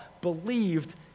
believed